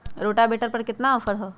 Rotavator पर केतना offer हव?